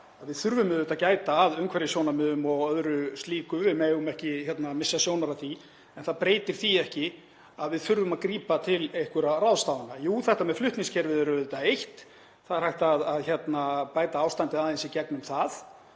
við þurfum auðvitað að gæta að umhverfissjónarmiðum og öðru slíku. Við megum ekki missa sjónar á því. En það breytir því ekki að við þurfum að grípa til einhverra ráðstafana. Jú, þetta með flutningskerfið er eitt. Það er hægt að bæta ástandið aðeins í gegnum það.